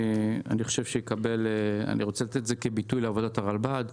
אני רוצה לתת את זה כביטוי לעבודת הרלב"ד.